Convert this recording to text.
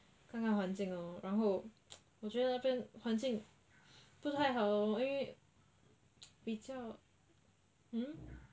看看环境喽然后 变我觉得环境不太好因为 比较 hmm